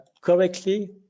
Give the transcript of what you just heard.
correctly